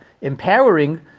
empowering